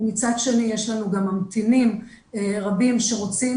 מצד שני יש לנו גם ממתינים רבים שרוצים